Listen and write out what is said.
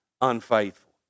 unfaithful